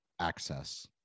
access